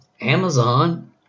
Amazon